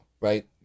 Right